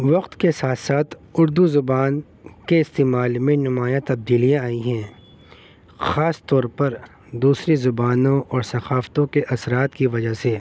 وقت کے ساتھ ساتھ اردو زبان کے استعمال میں نمایاں تبدیلیاں آئی ہیں خاص طور پر دوسری زبانوں اور ثقافتوں کے اثرات کی وجہ سے